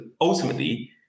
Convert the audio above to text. ultimately